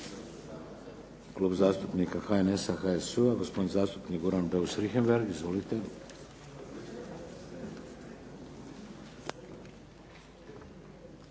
Hvala.